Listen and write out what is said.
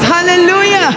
Hallelujah